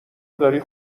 داری